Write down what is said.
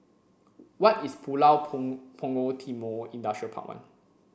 why is Pulau Punggol Timor Industrial Park one